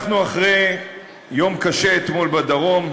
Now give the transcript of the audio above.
אנחנו אחרי יום קשה, אתמול, בדרום.